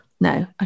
No